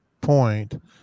point